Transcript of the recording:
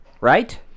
Right